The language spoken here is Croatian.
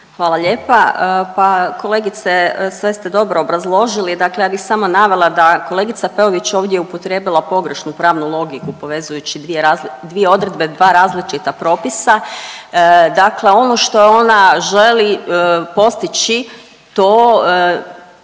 Hvala lijepa. Pa kolegice sve ste dobro obrazložili, dakle ja bih samo navela da je kolegica Peović ovdje upotrijebila pogrešnu pravnu logiku povezujući dvije razli…, dvije odredbe, dva različita propisa. Dakle ono što ona želi postići to